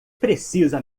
precisa